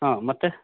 ಹಾಂ ಮತ್ತೆ